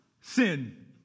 sin